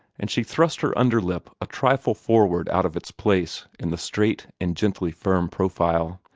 and she thrust her under-lip a trifle forward out of its place in the straight and gently firm profile.